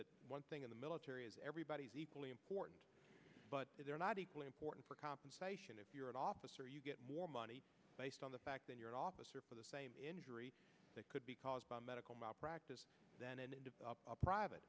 that one thing in the military is everybody's equally important but they're not equally important for compensation if you're an officer you get more money based on the fact that you're an officer for the same injury that could be caused by medical malpractise then in a private